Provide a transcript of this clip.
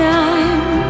time